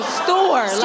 store